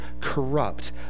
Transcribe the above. corrupt